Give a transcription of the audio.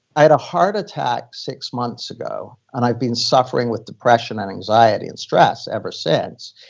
i had a heart attack six months ago. and i've been suffering with depression, and anxiety, and stress ever since.